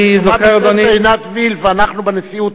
חברת הכנסת עינת וילף העלתה ואנחנו בנשיאות